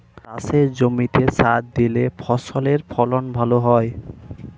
চাষের জমিতে সার দিলে ফসলের ফলন ভালো হয়